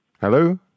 Hello